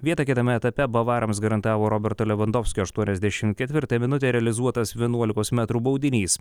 vietą kitame etape bavarams garantavo roberto levandovskio aštuoniasdešim ketvirtąją minutę realizuotas vienuolikos metrų baudinys